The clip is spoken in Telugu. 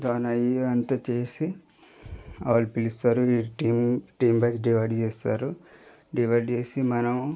జాయిన్ అయ్యి అంతా చేసి వాళ్ళు పిలుస్తారు ఈ టీమ్ టీమ్వైజ్ డివైడ్ చేస్తారు డివైడ్ చేసి మనం